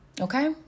okay